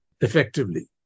effectively